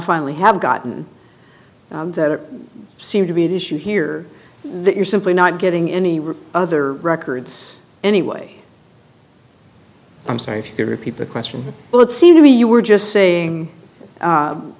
finally have gotten that seem to be the issue here that you're simply not getting any other records anyway i'm sorry if you repeat the question well it seemed to me you were just saying